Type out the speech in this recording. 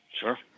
Sure